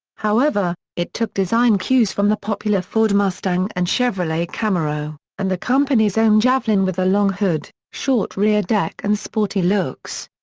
however, it took design cues from the popular ford mustang and chevrolet camaro, and the company's own javelin with a long hood, short rear deck and sporty looks.